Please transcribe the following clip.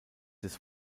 des